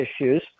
issues